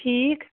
ٹھیٖک